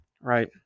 right